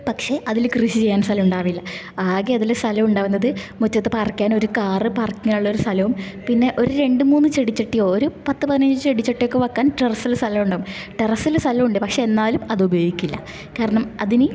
പക്ഷേ അതിൽ കൃഷി ചെയ്യാൻ സ്ഥലോണ്ടാവില്ല ആകെ അതിൽ സ്ഥലോണ്ടാവുന്നത് മുറ്റത്ത് പാർക്ക് ചെയ്യാനൊരു കാറ് പാർക്ക് ചെയ്യാനൊരു സ്ഥലോം പിന്നെ ഒര് രണ്ട് മൂന്ന് ചെടിച്ചട്ടി ഒര് പത്ത് പതിനഞ്ച് ചെടിച്ചട്ടിയൊക്കെ വെക്കാൻ ടെറസ്സിൽ സ്ഥലോണ്ടാവും ടെറസ്സിൽ സ്ഥലമുണ്ട് പക്ഷേ എന്നാലും അത് ഉപയോഗിക്കില്ല കാരണം അതിന്